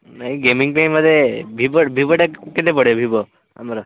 ଏଇ ଗେମିଙ୍ଗ ପାଇଁ ମୋତେ ଭିବୋ ଭିବୋଟା କେତେ ପଡ଼େ ଭିବୋ ଆମର